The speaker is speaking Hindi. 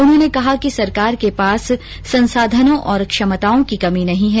उन्होंने कहा कि सरकार के पास संसाधनों और क्षमताओं की कमी नहीं है